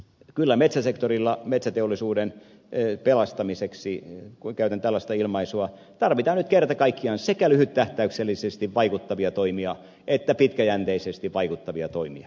kyllä metsäsektorilla metsäteollisuuden pelastamiseksi käytän tällaista ilmaisua tarvitaan nyt kerta kaikkiaan sekä lyhyttähtäyksellisesti vaikuttavia toimia että pitkäjänteisesti vaikuttavia toimia